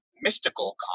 mystical